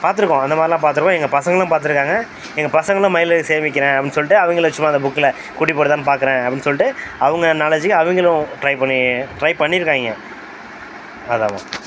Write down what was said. பார்த்துருக்கோம் அந்த மாதிரிலாம் பார்த்துருக்கோம் எங்கள் பசங்களும் பார்த்துருக்காங்க எங்கள் பசங்களும் மயில் இறகை சேமிக்கிறேன் அப்படின்னு சொல்லிட்டு அவங்களும் சும்மா இந்த புக்கில் குட்டிப் போடுதான்னு பார்க்கறேன் அப்படின்னு சொல்லிட்டு அவங்க நாலேஜுக்கு அவங்களும் ட்ரை பண்ணி ட்ரை பண்ணிருக்காங்க அதாம்மா